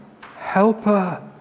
helper